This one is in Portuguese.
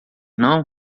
não